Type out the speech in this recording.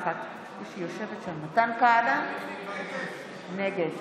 נוכחת מתן כהנא, נגד